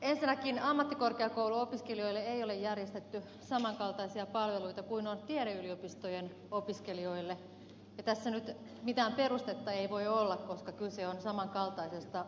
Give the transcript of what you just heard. ensinnäkin ammattikorkeakouluopiskelijoille ei ole järjestetty saman kaltaisia palveluita kuin tiedeyliopistojen opiskelijoille ja tässä nyt mitään perustetta ei voi olla koska kyse on saman kaltaisesta ryhmästä